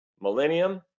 Millennium